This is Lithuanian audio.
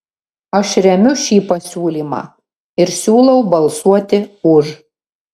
aš remiu šį pasiūlymą ir siūlau balsuoti už